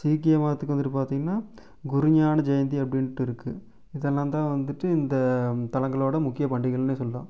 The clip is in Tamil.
சீக்கிய மதத்துக்கு வந்துட்டு பார்த்திங்கனா குருஞான ஜெயந்தி அப்படின்ட்டு இருக்குது இதெல்லாம் தான் வந்துட்டு இந்த தலங்களோட முக்கிய பண்டிகள்னே சொல்லலாம்